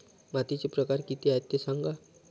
मातीचे प्रकार किती आहे ते सांगा